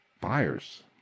buyers